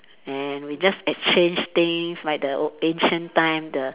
and we just exchange things like the old ancient time the